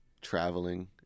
traveling